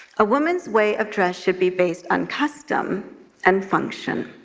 a woman's way of dress should be based on custom and function.